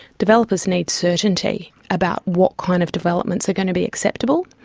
developers need certainty about what kind of developments are going to be acceptable.